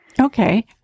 Okay